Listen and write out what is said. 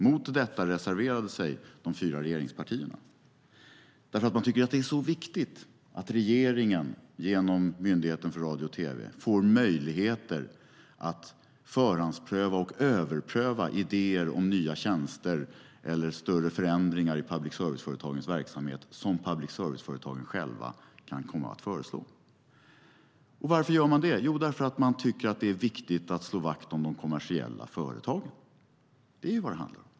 Mot detta reserverade sig de fyra regeringspartierna, därför att de tycker att det är så viktigt att regeringen genom Myndigheten för radio och tv får möjligheter att förhandspröva och överpröva idéer om nya tjänster eller större förändringar i public service-företagens verksamhet som public service-företagen själva kan komma att föreslå. Och varför gör man det? Jo, därför att man tycker att det är viktigt att slå vakt om de kommersiella företagen. Det är vad det handlar om.